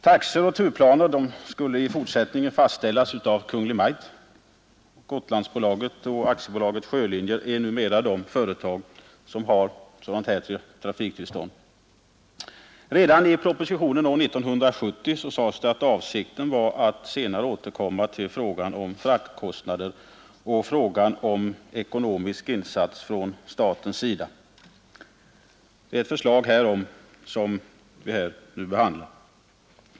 Taxor och turplaner skulle i fortsättningen fastställas av Kungl. Maj:t. Gotlandsbolaget och Aktiebolaget Sjölinjer är numera de företag som har trafiktillstånd. Redan i propositionen år 1970 sades att avsikten var att senare återkomma till frågan om fraktkostnader och frågan om ekonomisk insats från statens sida. Ett förslag härom är det som vi nu behandlar.